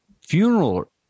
funeral